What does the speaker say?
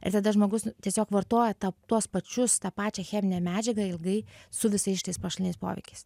ir tada žmogus nu tiesiog vartoja tą tuos pačius tą pačią cheminę medžiagą ilgai su visais šitais pašaliniais poveikiais